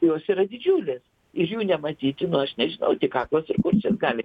jos yra didžiulės ir jų nematyti nu aš nežinau tik aklas ir kurčias gali